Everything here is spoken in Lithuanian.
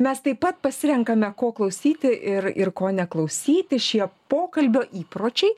mes taip pat pasirenkame ko klausyti ir ir ko neklausyti šie pokalbio įpročiai